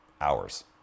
hours